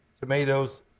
tomatoes